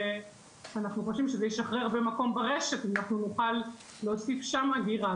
אנחנו חושבים שזה ישחרר מקום ברשת ואנחנו נוכל להוסיף שם אגירה.